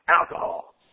alcohol